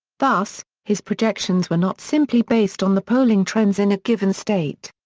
thus, his projections were not simply based on the polling trends in a given state.